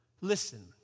Listen